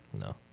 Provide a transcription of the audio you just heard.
No